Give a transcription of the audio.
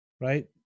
Right